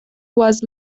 was